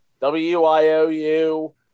W-I-O-U